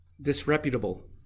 disreputable